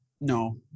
No